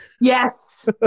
Yes